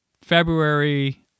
February